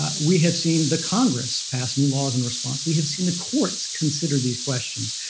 ah we have seen the congress pass new laws in response. we have seen the courts consider these questions.